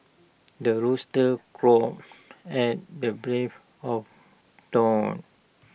the rooster crows at the breve of dawn